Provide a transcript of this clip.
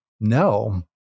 no